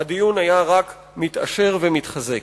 הדיון היה רק מתעשר ומתחזק.